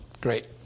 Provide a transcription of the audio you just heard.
great